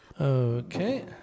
Okay